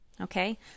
okay